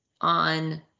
on